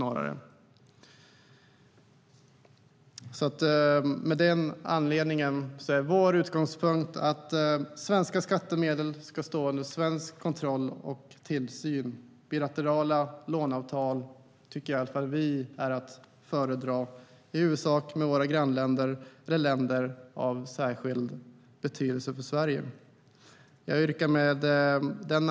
Av den anledningen är det vår utgångspunkt att svenska skattemedel ska stå under svensk kontroll och tillsyn. Vi tycker att bilaterala låneavtal, i huvudsak med våra grannländer eller länder av särskild betydelse för Sverige, är att föredra.